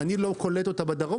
אני לא קולט אותה בדרום,